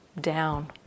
down